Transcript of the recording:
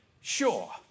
Sure